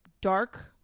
dark